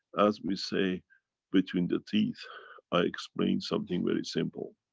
as we say between the teeth i explained something very simple.